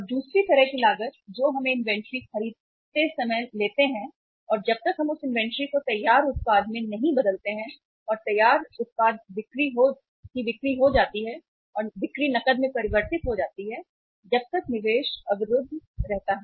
और दूसरी तरह की लागत जो हम इन्वेंट्री खरीदते समय लेते हैं और जब तक हम उस इन्वेंट्री को तैयार उत्पाद में नहीं बदलते हैं और तैयार उत्पाद बिक्री हो जाती है और बिक्री नकद में परिवर्तित हो जाती है जब तक निवेश अवरुद्ध रहता है